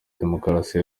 demokarasi